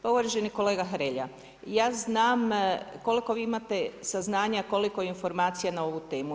Pa uvaženi kolega Hrelja, ja znam koliko vi imate saznanja, koliko informacija na ovu temu.